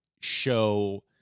show